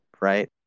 right